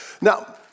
Now